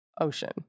ocean